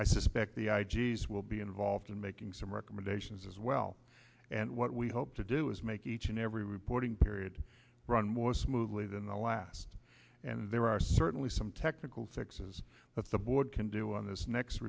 i suspect the will be involved in making some recommendations as well and what we hope to do is make each and every reporting period run more smoothly than the last and there are certainly some technical fixes but the board can do on this next